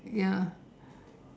ya